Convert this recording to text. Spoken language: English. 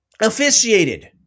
officiated